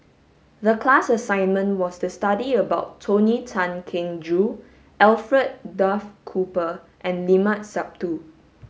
the class assignment was to study about Tony Tan Keng Joo Alfred Duff Cooper and Limat Sabtu